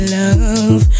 love